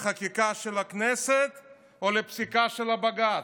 לחקיקה של הכנסת או לפסיקה של הבג"ץ.